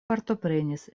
partoprenis